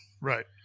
Right